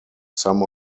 some